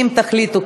אם תחליטו,